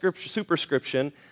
superscription